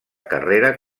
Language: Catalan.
carrera